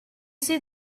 see